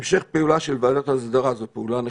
המשך פעולה של ועדת ההסדרה זו פעולה נכונה.